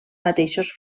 mateixos